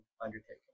undertaking